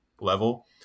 level